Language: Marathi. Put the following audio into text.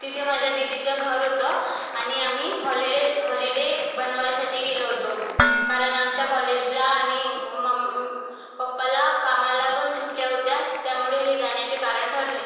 तिथे माझ्या दीदीचं घर होतं आणि आम्ही हॉलिडे हॉलिडे बनवायसाठी गेलो होतो कारण आमच्या कॉलेजला आणि मम पप्पाला कामाला पण सुट्ट्या होत्या त्यामुळे हे जाण्याचे कारण ठरले